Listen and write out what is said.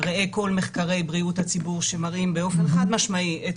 ראה כל מחקרי בריאות הציבור שמראים באופן חד-משמעי את